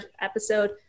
episode